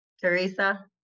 Teresa